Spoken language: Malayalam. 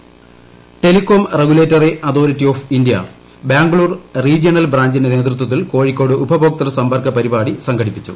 TRAI Telecom Regulatory Authority of India Bangalore regional ബ്രാഞ്ചിന്റെ നേതൃത്വത്തിൽ കോഴിക്കോട് ഉപഭോക്തൃ സമ്പർക്ക പരിപാടി സംഘടിപ്പിച്ചു